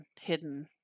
hidden